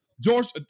George